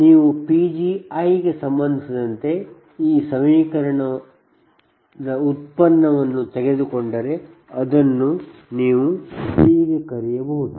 ನೀವು Pgiಗೆ ಸಂಬಂಧಿಸಿದಂತೆ ಈ ಸಮೀಕರಣದ ಉತ್ಪನ್ನವನ್ನು ತೆಗೆದುಕೊಂಡರೆ ಅದನ್ನು ನೀವು ಹೀಗೆ ಕರೆಯಬಹುದು